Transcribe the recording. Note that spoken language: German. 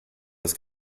das